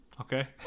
Okay